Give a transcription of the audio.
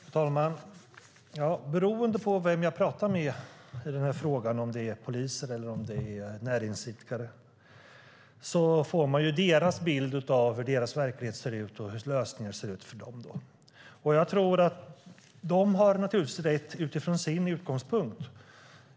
Fru talman! Beroende på vem jag talar med i den här frågan, om det är polisen eller näringsidkare, får man deras bild av hur deras verklighet ser ut och hur lösningen för dem ska se ut. De har naturligtvis rätt utifrån sin utgångspunkt.